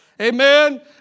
Amen